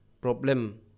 problem